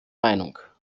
meinung